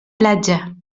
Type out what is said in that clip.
platja